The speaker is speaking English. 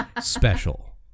special